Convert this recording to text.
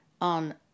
on